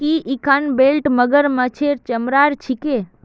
की इखन बेल्ट मगरमच्छेर चमरार छिके